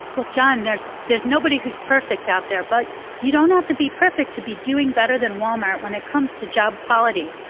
well, john, there's there's nobody who's perfect out there, but you don't have to be perfect to be doing better than walmart when it comes to job quality.